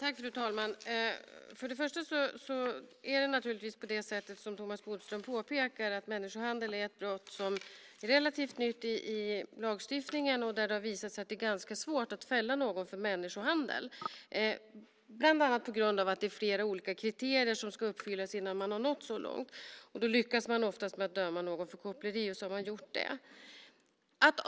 Fru talman! Det är precis så som Thomas Bodström säger: Människohandel är ett brott som är relativt nytt i lagstiftningen, och det har visat sig att det är ganska svårt att fälla någon för det, bland annat för att det är flera olika kriterier som ska uppfyllas. Då lyckas man oftast med att få någon dömd för koppleri, men man kommer inte längre.